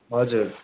हजुर